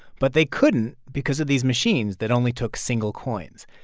but they couldn't because of these machines that only took single coins.